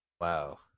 wow